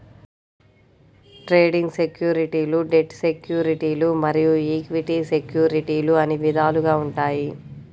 trading సెక్యూరిటీలు debt సెక్యూరిటీలు మరియు ఈక్విటీ సెక్యూరిటీలు అని విధాలుగా ఉంటాయి